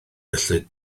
felly